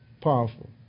Powerful